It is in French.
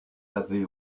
avait